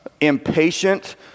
impatient